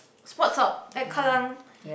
Sports-Hub at kallang